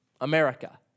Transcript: America